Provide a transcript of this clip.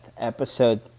Episode